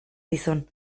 dizun